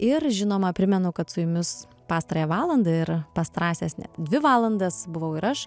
ir žinoma primenu kad su jumis pastarąją valandą ir pastarąsias dvi valandas buvau ir aš